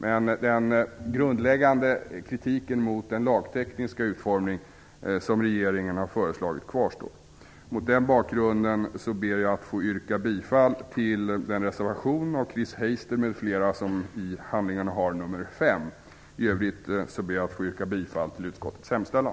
Men den grundläggande kritiken mot den lagtekniska utformning som regeringen har föreslagit kvarstår. Mot den bakgrunden ber jag att få yrka bifall till den reservation av Chris Heister m.fl. som i handlingarna har nr 5. I övrigt ber jag att få yrka bifall till utskottets hemställan.